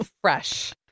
Fresh